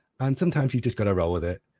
and sometimes you've just got to roll with it.